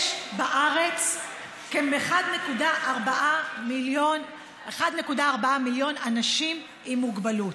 יש בארץ כ-1.4 מיליון אנשים עם מוגבלות,